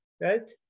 Right